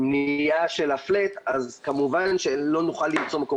למניעה של ה"פלאט" אז כמובן שלא נוכל למצוא מקור